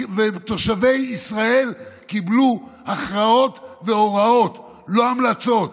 ותושבי ישראל קיבלו הכרעות והוראות, לא המלצות.